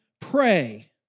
pray